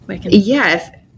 yes